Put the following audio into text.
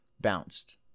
bounced